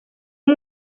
uwo